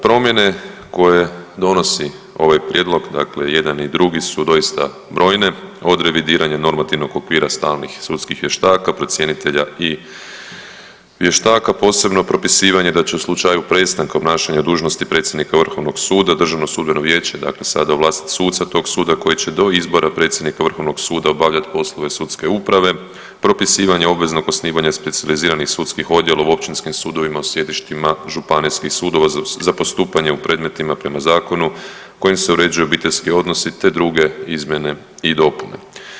Promjene koje donosi ovaj prijedlog dakle jedan i drugi su doista brojne, od revidiranja normativnog okvira stalnih sudskih vještaka, procjenitelja i vještaka, posebno propisivanje da će u slučaju prestanka obnašanja dužnosti predsjednika vrhovnog suda DSV dakle sada ovlastit suca tog suda koji će do izbora predsjednika vrhovnog suda obavljat poslove sudske uprave, propisivanje obveznog osnivanja specijaliziranih sudskih odjela u općinskim sudovima u sjedištima županijskih sudova za postupanje u predmetima prema zakonu kojim se uređuju obiteljski odnosi, te druge izmjene i dopune.